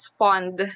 fund